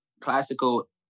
classical